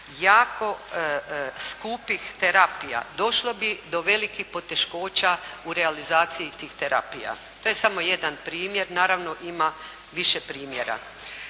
jako skupih terapija došlo bi do velikih poteškoća u realizaciji tih terapija. To je samo jedan primjer. Naravno ima više primjera.